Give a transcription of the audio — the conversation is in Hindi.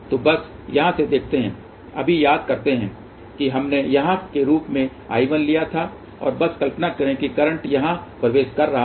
तो बस यहाँ से देखते हैं अभी याद करते हैं कि हमने यहाँ के रूप में I1 लिया था और बस कल्पना करें कि करंट यहाँ प्रवेश कर रहा था